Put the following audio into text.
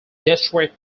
detroit